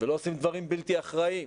ולא עושים דברים בלתי אחראיים,